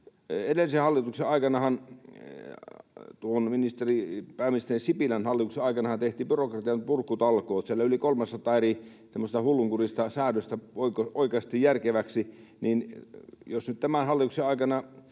Edellisen hallituksen aikanahan, pääministeri Sipilän hallituksen aikana, tehtiin byrokratian purkutalkoot: siellä yli 300 eri semmoista hullunkurista säädöstä oikaistiin järkeväksi, joten jos nyt tämän hallituksen aikana